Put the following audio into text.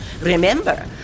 Remember